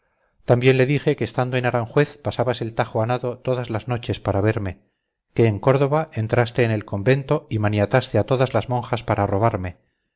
también le dije que estando en aranjuez pasabas el tajo a nado todas las noches para verme que en córdoba entraste en el convento y maniataste a todas las monjas para robarme